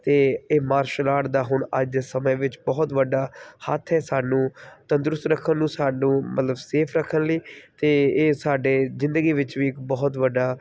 ਅਤੇ ਇਹ martial art ਦਾ ਹੁਣ ਅੱਜ ਦੇ ਸਮੇਂ ਵਿੱਚ ਬਹੁਤ ਵੱਡਾ ਹੱਥ ਹੈ ਸਾਨੂੰ ਤੰਦਰੁਸਤ ਰੱਖਣ ਨੂੰ ਸਾਨੂੰ ਮਤਲਬ ਸੇਫ ਰੱਖਣ ਲਈ ਅਤੇ ਇਹ ਸਾਡੇ ਜ਼ਿੰਦਗੀ ਵਿੱਚ ਵੀ ਇੱਕ ਬਹੁਤ ਵੱਡਾ